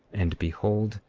and behold,